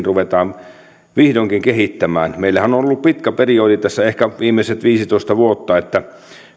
ruvetaan vihdoinkin kehittämään meillähän on ollut pitkä periodi tässä ehkä viimeiset viisitoista vuotta että